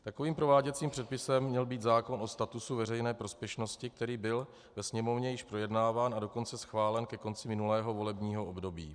Takovým prováděcím předpisem by měl být zákon o statusu veřejné prospěšnosti, který byl ve Sněmovně již projednáván, a dokonce schválen ke konci minulého volebního období.